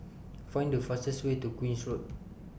Find The fastest Way to Queen's Road